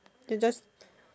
then just